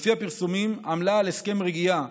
ולפי הפרסומים היא עמלה על הסכם רגיעה